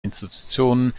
institutionen